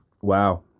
Wow